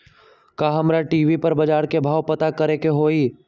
का हमरा टी.वी पर बजार के भाव पता करे के होई?